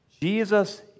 Jesus